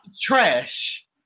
Trash